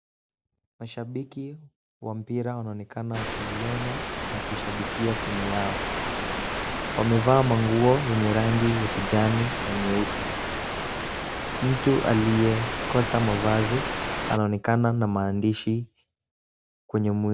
Mashabiki wa mpira wanaonekana wakiiona na kuishabikia timu yao. Wamevaa manguo yenye rangi ya kijani na nyeupe. Mtu aliyekosa mavazi anaonekana na maandishi kwenye mwili.